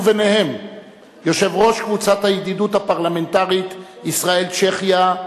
וביניהם יושב-ראש קבוצת הידידות הפרלמנטרית ישראל צ'כיה,